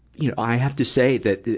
you know i have to say that,